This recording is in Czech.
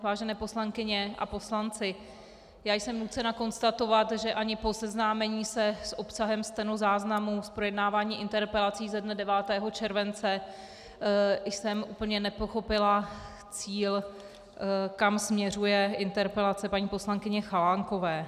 Vážené poslankyně a poslanci, jsem nucena konstatovat, že ani po seznámení se s obsahem stenozáznamu z projednávání interpelací ze dne 9. července jsem úplně nepochopila cíl, kam směřuje interpelace paní poslankyně Chalánkové.